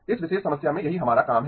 इस विशेष समस्या में यही हमारा काम है